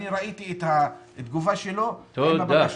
אני ראיתי את התגובה שלו עם הבקשות.